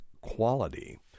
quality